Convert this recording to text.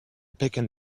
pecan